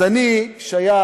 אז אני שייך,